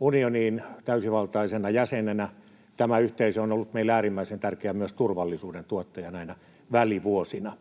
unioniin täysivaltaisena jäsenenä. Tämä yhteisö on ollut meille äärimmäisen tärkeä myös turvallisuuden tuottajana näinä välivuosina.